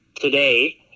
today